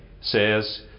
says